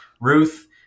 Ruth